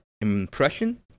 impression